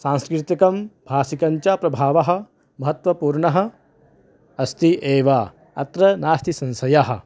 सांस्कृतिकं भाषिकञ्च प्रभावः महत्वपूर्णः अस्ति एव अत्र नास्ति संशयः